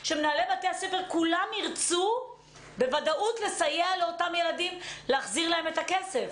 שכולם ירצו בוודאות לסייע לאותם ילדים ולהחזיר להם את הכסף.